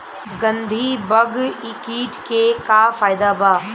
गंधी बग कीट के का फायदा बा?